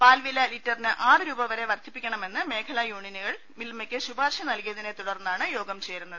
പാൽവില ലിറ്ററിന് ആറു രൂപ വരെ വർധിപ്പിക്കണമെന്ന് മേഖല യൂണിയനുകൾ മിൽമയക്ക് ശുപാർശ നൽകിയതിനെ തുടർന്നാണ് യോഗം ചേരുന്നത്